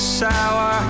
sour